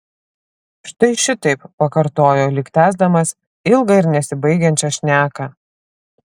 štai šitaip pakartojo lyg tęsdamas ilgą ir nesibaigiančią šneką